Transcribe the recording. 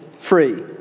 free